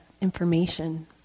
information